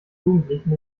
jugendlichen